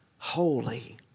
Holy